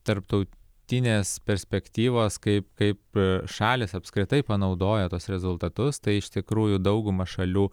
tarptautinės perspektyvos kaip kaip šalys apskritai panaudoja tuos rezultatus tai iš tikrųjų dauguma šalių